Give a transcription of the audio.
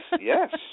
Yes